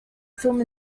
film